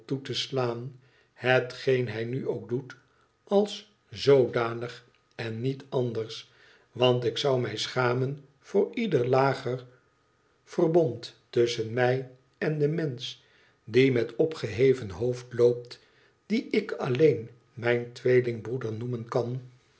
te slaan hetgeen hij nu ook doet als zoodanig en niet anders want ik zou mij schamen voor ieder lager verbond tusschen mij en den mensch die met opgeheven hoofd loopt dien ik alleen mijn tweelingbroeder noemen kan